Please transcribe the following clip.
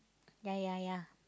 ya ya ya